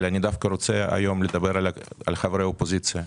אני דווקא רוצה לדבר היום על חברי האופוזיציה.